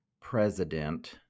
president